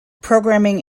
programming